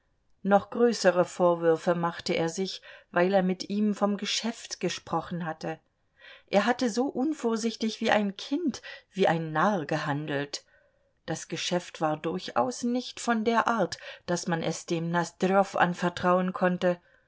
noch größere vorwürfe machte er sich weil er mit ihm vom geschäft gesprochen hatte er hatte so unvorsichtig wie ein kind wie ein narr gehandelt das geschäft war durchaus nicht von der art daß man es dem nosdrjow anvertrauen konnte